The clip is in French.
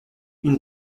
une